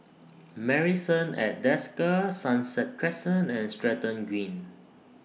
Marrison At Desker Sunset Crescent and Stratton Green